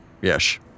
yes